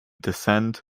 descent